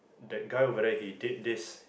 that guy over there he date this